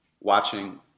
watching